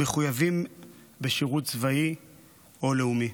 מחויבים בשירות צבאי או לאומי.